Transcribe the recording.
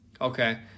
okay